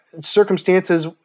circumstances